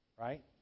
right